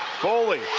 foley.